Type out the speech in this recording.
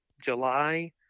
July